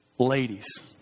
Ladies